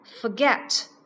forget